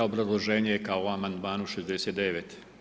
Obrazloženje je kao u amandmanu 69.